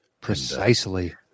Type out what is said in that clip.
Precisely